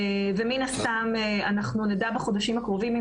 ומן הסתם אנחנו נדע בחודשים הקרובים אם